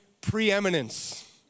preeminence